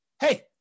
hey